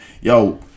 Yo